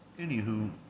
Anywho